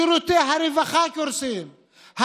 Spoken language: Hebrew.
שירותי הרווחה קורסים.